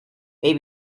may